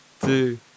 two